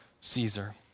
Caesar